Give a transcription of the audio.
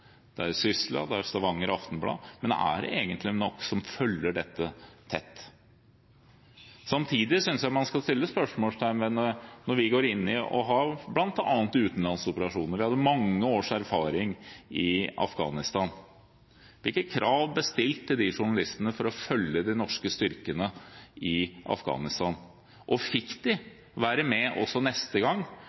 er i SYSLA, de er i Stavanger Aftenblad – men er det egentlig mange nok som følger dette tett? Samtidig synes jeg man skal sette et spørsmålstegn når vi går inn i bl.a. utenlandsoperasjoner. Vi hadde mange års erfaring i Afghanistan. Hvilke krav ble stilt til journalister for å følge de norske styrkene i Afghanistan? Og fikk man være med også neste gang